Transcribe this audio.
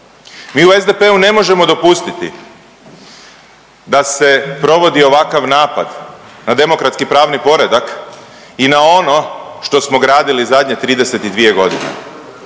Mi u SDP-u ne možemo dopustiti da se provodi ovakav napad na demokratski pravni poredak i na ono što smo gradili zadnje 32.g..